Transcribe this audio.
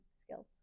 skills